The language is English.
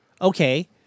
Okay